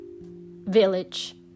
village